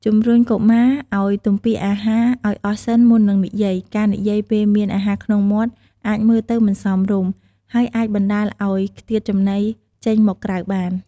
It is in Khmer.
ជំរុញកុមារឲ្យទំពារអាហារឲ្យអស់សិនមុននឹងនិយាយ ការនិយាយពេលមានអាហារក្នុងមាត់ អាចមើលទៅមិនសមរម្យ ហើយអាចបណ្តាលឲ្យខ្ទាតចំណីចេញមកក្រៅបាន។